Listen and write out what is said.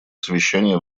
совещания